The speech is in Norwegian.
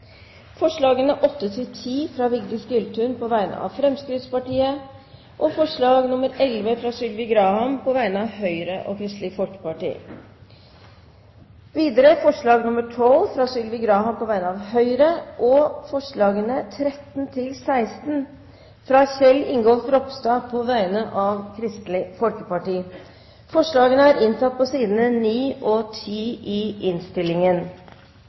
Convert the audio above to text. forslagene nr. 8–10, fra Vigdis Giltun på vegne av Fremskrittspartiet forslag nr. 11, fra Sylvi Graham på vegne av Høyre og Kristelig Folkeparti forslag nr. 12, fra Sylvi Graham på vegne av Høyre forslagene nr. 13–16, fra Kjell Ingolf Ropstad på vegne av Kristelig Folkeparti Det voteres først over forslagene nr. 14 og